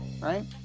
right